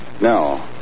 No